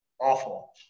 awful